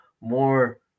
more